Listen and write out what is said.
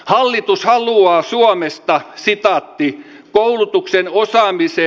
hallitus haluaa valmistaa siitä abi koulutuksen osa viisi